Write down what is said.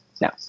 no